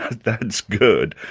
that's good.